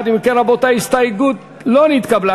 ההסתייגות לא נתקבלה.